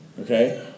Okay